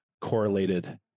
correlated